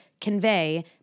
convey